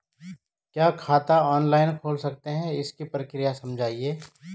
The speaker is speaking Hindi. क्या खाता ऑनलाइन खोल सकते हैं इसकी प्रक्रिया समझाइए?